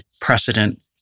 precedent